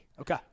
Okay